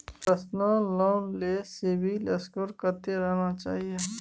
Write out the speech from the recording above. Personal loan ले CIBIL score कत्ते रहना चाही?